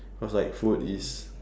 cause like food is